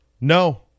No